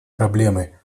проблемы